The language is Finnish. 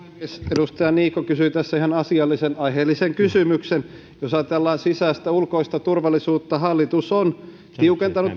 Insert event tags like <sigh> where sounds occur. edustaja niikko kysyi tässä ihan asiallisen aiheellisen kysymyksen jos ajatellaan sisäistä ulkoista turvallisuutta hallitus on tiukentanut <unintelligible>